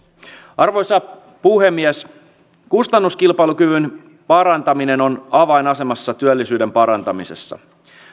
arvoisa puhemies kustannuskilpailukyvyn parantaminen on avainasemassa työllisyyden parantamisessa